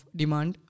demand